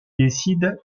décide